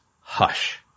Hush